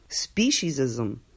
speciesism